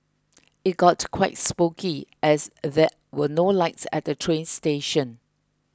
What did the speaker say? it got quite spooky as there were no lights at the train station